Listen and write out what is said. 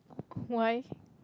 why